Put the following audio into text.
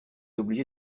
obligé